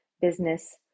business